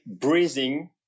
breathing